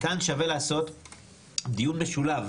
כאן, שווה לעשות דיון משולב.